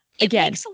again